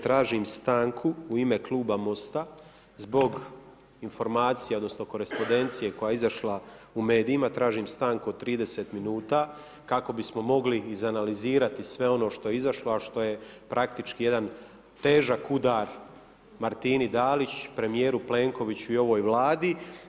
Tražim stanku u ime kluba MOST-a zbog informacija, odnosno korespondencije koja je izašla u medijima, tražim stanku od 30 minuta kako bismo mogli izanalizirati sve ono što je izašlo, a što je praktički jedan težak udar Martini Dalić, premijeru Plenkoviću i ovoj Vladi.